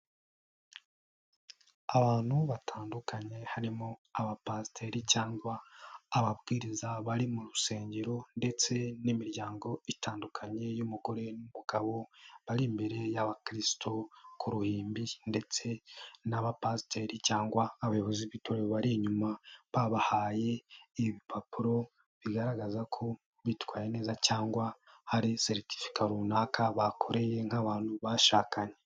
Abantu batandukanye harimo abapasiteri cyangwa ababwiriza bari mu rusengero ndetse n'imiryango itandukanye y'umugore n'umugabo bari imbere y'abakrisito ku ruhimbi ndetse n'abapasiteri cyangwa abayobozi b'itorero bari inyuma babahaye ibipapuro bigaragaza ko bitwaye neza cyangwa hari seritifika runaka bakoreye nk'abantu bashakanye.